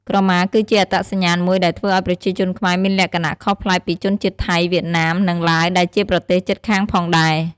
ក្រមាគឺជាអត្តសញ្ញាណមួយដែលធ្វើឱ្យប្រជាជនខ្មែរមានលក្ខណៈខុសប្លែកពីជនជាតិថៃ វៀតណាម និងឡាវដែលជាប្រទេសជិតខាងផងដែរ។